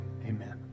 Amen